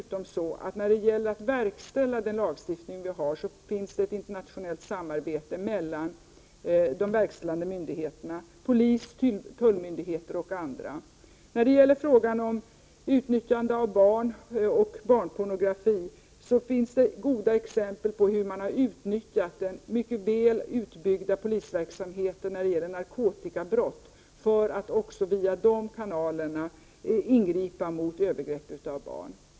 När det gäller att verkställa den lagstiftning vi har finns det givetvis ett internationellt samarbete mellan de verkställande myndigheterna, polis-, tullmyndigheter och andra. När det gäller frågan om utnyttjande av barn och barnpornografi finns det goda exempel på hur man har utnyttjat den mycket väl utbyggda polisverksamheten när det gäller narkotikabrott för att också via de kanalerna ingripa mot övergrepp mot barn.